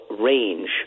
range